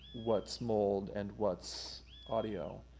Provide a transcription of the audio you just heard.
what's mold and what's audio.